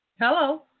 Hello